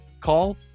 call